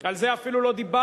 על זה אפילו לא דיברתם,